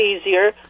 easier